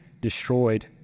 destroyed